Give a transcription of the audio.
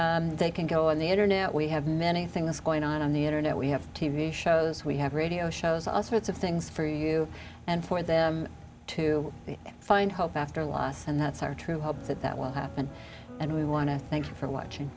hope they can go on the internet we have many things going on on the internet we have t v shows we have radio shows all sorts of things for you and for them to find hope after a loss and that's our true hope that that will happen and we want to thank you for watching